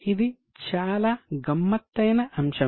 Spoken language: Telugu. ఇది చాలా గమ్మత్తైన అంశం